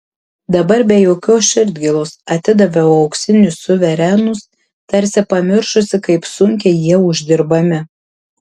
dabar be jokios širdgėlos atidaviau auksinius suverenus tarsi pamiršusi kaip sunkiai jie uždirbami